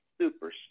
super